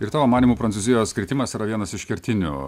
ir tavo manymu prancūzijos kritimas yra vienas iš kertinių